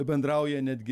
bendrauja netgi